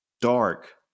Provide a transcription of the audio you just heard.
dark